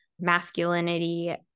masculinity